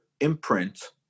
imprint